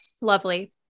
Lovely